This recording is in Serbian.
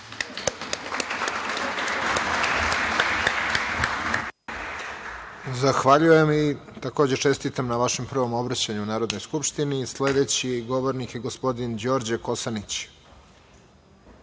Zahvaljujem. Takođe, čestitam na vašem prvom obraćanju Narodnoj skupštini. Sledeći govornik je gospodin Đorđe Kosanić.